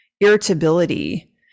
irritability